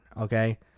Okay